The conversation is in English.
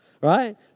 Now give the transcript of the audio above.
Right